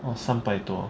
oh 三百多